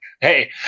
Hey